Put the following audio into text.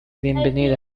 bienvenida